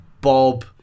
Bob